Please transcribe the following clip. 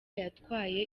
yatwaye